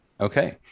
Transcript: okay